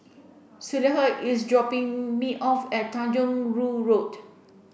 Schuyler is dropping me off at Tanjong Rhu Road